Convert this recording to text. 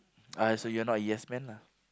uh so you are not a yes man